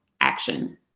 action